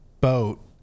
boat